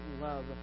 love